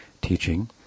teaching